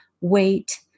weight